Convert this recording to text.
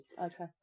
okay